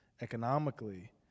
economically